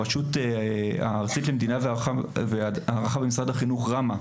הרשות למדידה והערכה במשרד החינוך (ראמ"ה)